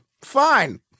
fine